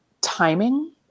timing